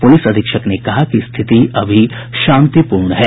police अधीक्षक ने कहा कि स्थिति अभी शांतिपूर्ण है